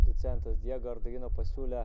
docentas diego ardoino pasiūlė